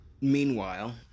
meanwhile